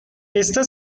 esta